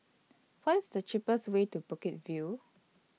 What IS The cheapest Way to Bukit View